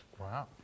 Wow